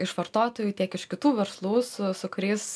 iš vartotojų tiek iš kitų verslų su su kuriais